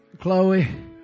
Chloe